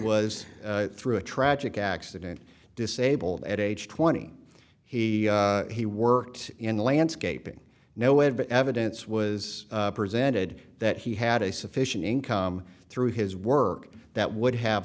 was through a tragic accident disabled at age twenty he he worked in the landscaping no evidence was presented that he had a sufficient income through his work that would have